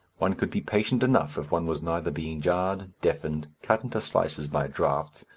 one could be patient enough if one was neither being jarred, deafened, cut into slices by draughts,